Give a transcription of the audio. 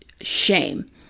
shame